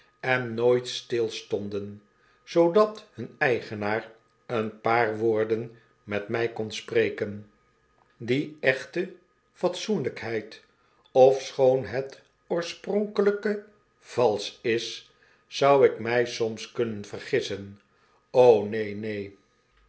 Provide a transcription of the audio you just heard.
en nooit stilstonden zoodat hun eigenaar een paar woorden met my kon spreken die echte fatsoenlijkheid ofschoon het oorspronkelijke valsch is zou ik my soms kunnen vergissen neen neen